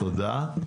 תודה.